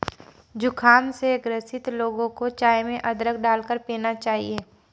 जुखाम से ग्रसित लोगों को चाय में अदरक डालकर पीना चाहिए